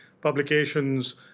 publications